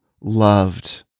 loved